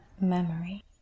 memory